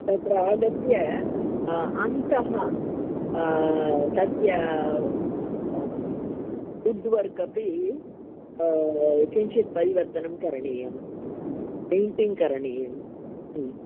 तत्र आगत्य अन्तः तस्य वुड् वर्क् अपि किञ्चित् परिवर्तनं करणीयम् पेण्टिङ्ग् करणीयम्